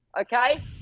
okay